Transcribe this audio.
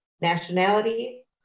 nationality